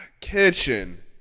Kitchen